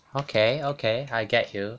okay okay I get you